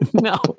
No